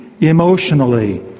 emotionally